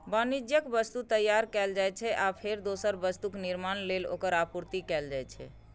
वाणिज्यिक वस्तु तैयार कैल जाइ छै, आ फेर दोसर वस्तुक निर्माण लेल ओकर आपूर्ति कैल जाइ छै